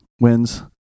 wins